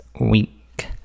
week